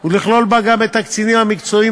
ולכלול בה גם את הקצינים המקצועיים